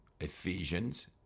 Ephesians